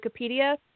Wikipedia